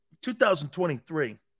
2023